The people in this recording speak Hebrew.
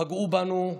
פגעו בנו,